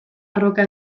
arroka